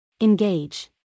Engage